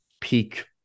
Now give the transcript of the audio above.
peak